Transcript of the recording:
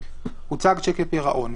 (1) הוצג שיק לפירעון,